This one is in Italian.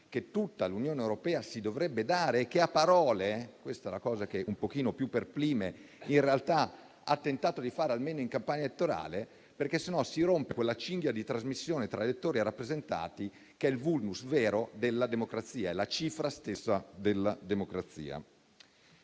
che tutta l'Unione europea si dovrebbe dare e che a parole, questa è la cosa che un pochino più perplime, in realtà ha tentato di fare almeno in campagna elettorale. In caso contrario, infatti, si rompe quella cinghia di tra elettori e rappresentanti, che è il *vulnus* vero della democrazia e la cifra stessa della democrazia.